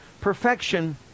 Perfection